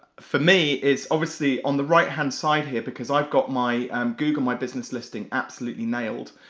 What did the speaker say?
for me is obviously on the right hand side here because i've got my google my business listing absolutely nailed,